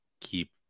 keep